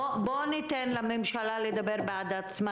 בואו ניתן לממשלה לדבר בשמה.